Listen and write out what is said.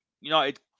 United